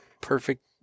perfect